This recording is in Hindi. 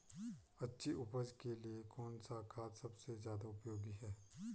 अच्छी उपज के लिए कौन सा खाद सबसे ज़्यादा उपयोगी है?